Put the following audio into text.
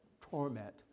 torment